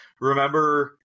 Remember